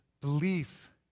belief